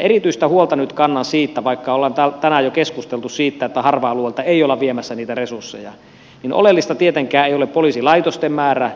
erityistä huolta nyt kannan siitä vaikka ollaan tänään jo keskusteltu siitä että harva alueelta ei olla viemässä niitä resursseja että oleellista tietenkään ei ole poliisilaitosten määrä